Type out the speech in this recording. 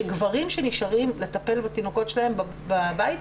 שגברים שנשארים לטפל בתינוקות שלהם בבית,